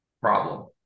problem